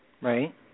Right